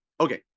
Okay